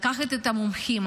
לקחת את המומחים,